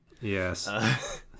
Yes